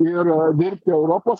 ir dirbti europos